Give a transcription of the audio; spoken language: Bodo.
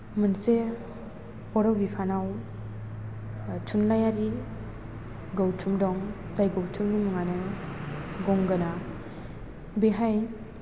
मोनसे बर' बिफानाव थुनलाइयारि गौथुम दं जाय गौथुमनि मुङानो गंगोना बेहाय